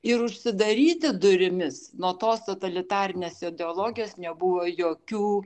ir užsidaryti durimis nuo tos totalitarinės ideologijos nebuvo jokių